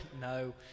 No